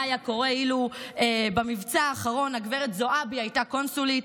מה היה קורה אילו במבצע האחרון גב' זועבי הייתה קונסולית,